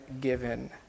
given